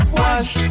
wash